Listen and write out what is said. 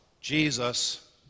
Jesus